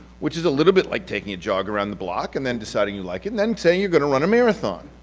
which is a little bit like taking a jog around the block, and then deciding you like it then saying you're going to run a marathon.